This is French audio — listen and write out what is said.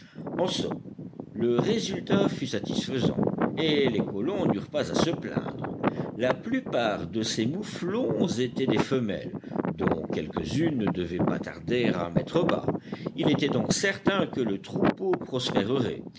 en somme le résultat fut satisfaisant et les colons n'eurent pas à se plaindre la plupart de ces mouflons étaient des femelles dont quelques-unes ne devaient pas tarder à mettre bas il était donc certain que le troupeau